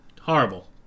horrible